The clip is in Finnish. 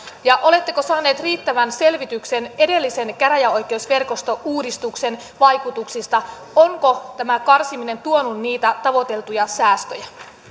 ja oletteko saaneet riittävän selvityksen edellisen käräjäoikeusverkostouudistuksen vaikutuksista onko tämä karsiminen tuonut niitä tavoiteltuja säästöjä